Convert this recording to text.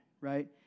Right